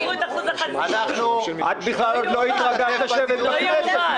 --- תעברו את אחוז החסימה --- את בכלל עוד לא התרגלת לשבת בכנסת.